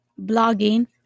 blogging